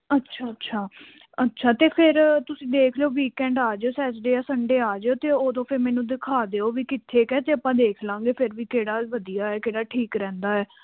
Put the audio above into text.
ਅੱਛਾ ਅੱਛਾ ਅੱਛਾ ਅਤੇ ਫਿਰ ਤੁਸੀਂ ਦੇਖ ਲਿਓ ਵੀਕਐਂਡ ਆ ਜਾਇਓ ਸੈਚਡੇ ਜਾਂ ਸੰਡੇ ਆ ਜਾਇਓ ਅਤੇ ਉਦੋਂ ਫਿਰ ਮੈਨੂੰ ਦਿਖਾ ਦਿਓ ਵੀ ਕਿੱਥੇ ਕੁ ਹੈ ਅਤੇ ਆਪਾਂ ਦੇਖ ਲਾਂਗੇ ਫਿਰ ਵੀ ਕਿਹੜਾ ਵਧੀਆ ਹੈ ਕਿਹੜਾ ਠੀਕ ਰਹਿੰਦਾ ਹੈ